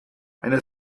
eine